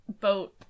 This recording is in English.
boat